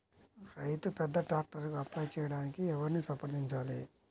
రైతు పెద్ద ట్రాక్టర్కు అప్లై చేయడానికి ఎవరిని సంప్రదించాలి?